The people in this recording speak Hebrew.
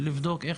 איך